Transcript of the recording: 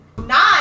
Nine